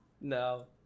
No